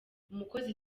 umukozi